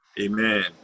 Amen